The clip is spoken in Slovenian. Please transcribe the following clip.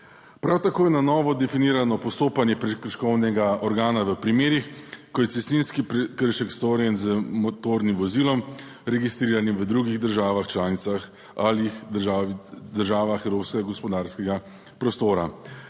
Prav tako je na novo definirano postopanje prekrškovnega organa v primerih, ko je cestninski prekršek storjen z motornim vozilom, registriranim v drugih državah članicah ali državah Evropskega gospodarskega prostora.